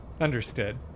understood